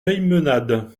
peymeinade